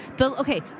Okay